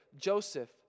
Joseph